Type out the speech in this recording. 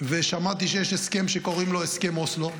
ושמעתי שיש הסכם שקוראים לו הסכם אוסלו,